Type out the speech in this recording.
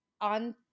on